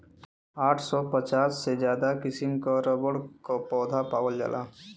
आठ सौ पचास से ज्यादा किसिम क रबर क पौधा पावल जाला